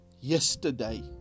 yesterday